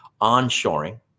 onshoring